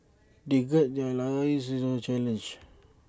they gird their loins in the challenge